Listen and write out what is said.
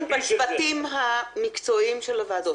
בצוותים המקצועיים של הוועדות האלה.